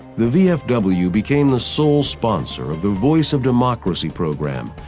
the vfw became the sole sponsor of the voice of democracy program,